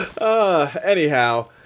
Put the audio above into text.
Anyhow